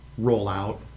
rollout